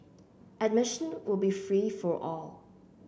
admission will be free for all